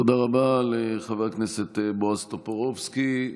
תודה רבה לחבר הכנסת בועז טופורובסקי.